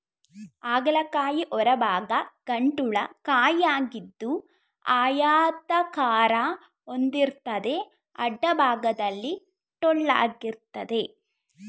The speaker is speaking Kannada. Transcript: ಹಾಗಲ ಕಾಯಿ ಹೊರಭಾಗ ಗಂಟುಳ್ಳ ಕಾಯಿಯಾಗಿದ್ದು ಆಯತಾಕಾರ ಹೊಂದಿರ್ತದೆ ಅಡ್ಡಭಾಗದಲ್ಲಿ ಟೊಳ್ಳಾಗಿರ್ತದೆ